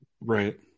right